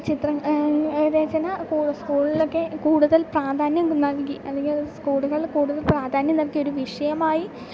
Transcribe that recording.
ചിത്ര രചന സ്കൂളിലൊക്കെ കൂടുതൽ പ്രാധാന്യം നൽകി അല്ലെങ്കിൽ സ്കൂളുകളിൽ കൂടുതൽ പ്രാധാന്യം നൽകിയൊരു വിഷയമായി